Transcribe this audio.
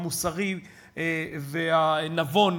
המוסרי והנבון,